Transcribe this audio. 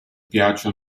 piace